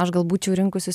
aš gal būčiau rinkusis